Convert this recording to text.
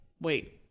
wait